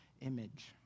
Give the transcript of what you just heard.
image